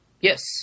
Yes